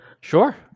sure